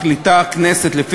מחליטה הכנסת,